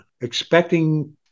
expecting